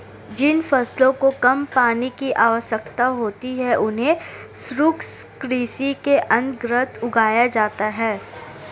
जिन फसलों को कम पानी की आवश्यकता होती है उन्हें शुष्क कृषि के अंतर्गत उगाया जाता है